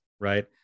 right